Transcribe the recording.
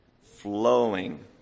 flowing